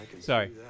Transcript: Sorry